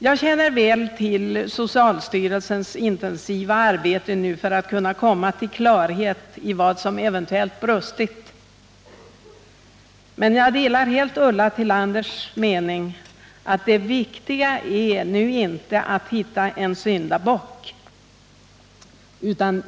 Jag känner väl till socialstyrelsens intensiva arbete för att komma till klarhet om vad som eventuellt har brustit, men jag delar Ulla Tillanders mening, att det viktiga inte är att hitta en syndabock.